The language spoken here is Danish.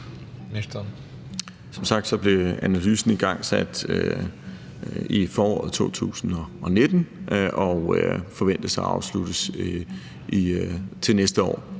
Som sagt blev analysen igangsat i foråret 2019 og forventes at afsluttes til næste år.